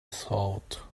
thought